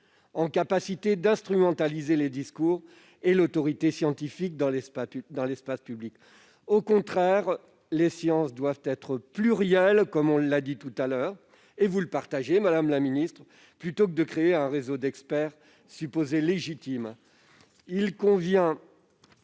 en capacité d'instrumentaliser les discours et l'autorité scientifique dans l'espace public. Au contraire, les sciences doivent être plurielles, comme on l'a dit, madame la ministre. Plutôt que de créer un réseau d'experts, supposés légitimes,